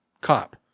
cop